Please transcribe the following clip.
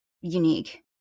unique